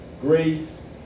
grace